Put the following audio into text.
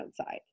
outside